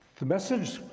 the message,